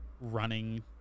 running